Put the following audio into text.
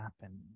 happen